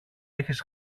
έχεις